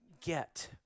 get